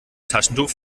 taschentuch